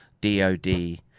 DOD